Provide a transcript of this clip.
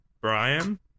Brian